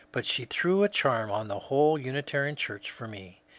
but she threw a charm on the whole unitarian church for me.